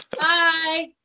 Bye